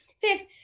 fifth